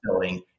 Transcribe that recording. building